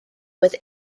with